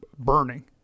burning